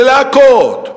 של להכות,